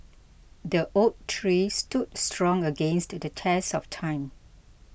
the oak tree stood strong against the test of time